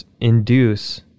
induce